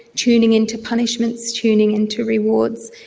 tuning in to punishments, tuning in to rewards.